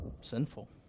sinful